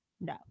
no